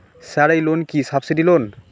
Sir এই loan কি subsidy loan?